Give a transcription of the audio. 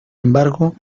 embargo